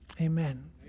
amen